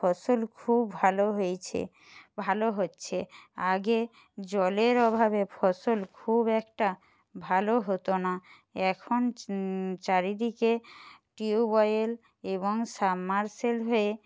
ফসল খুব ভালো হয়েছে ভালো হচ্ছে আগে জলের অভাবে ফসল খুব একটা ভালো হত না এখন চারিদিকে টিউবওয়েল এবং সাবমার্সেল হয়ে